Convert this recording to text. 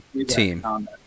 team